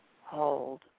hold